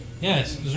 Yes